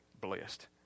blessed